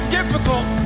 difficult